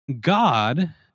God